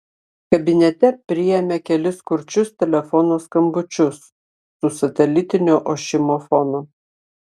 kabinete priėmė kelis kurčius telefono skambučius su satelitinio ošimo fonu